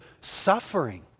suffering